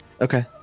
Okay